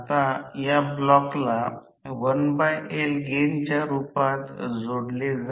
तर त्यास रोटर ची स्लिप म्हणतात स्लिप s प्रति एक गती आहे